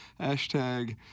Hashtag